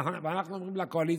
אנחנו אומרים לקואליציה: